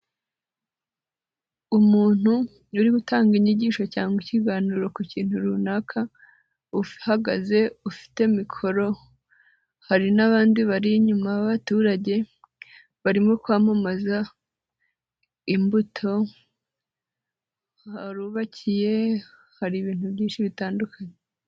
Umuntu uri gutanga inyigisho cyangwa ikiganiro ku kintu runaka, uhagaze, ufite mikoro, hari n'abandi bari inyuma b'abaturage barimo kwamamaza imbuto, harubakiye, hari ibintu byinshi bitandukanye.